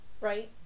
Right